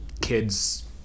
Kids